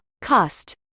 cost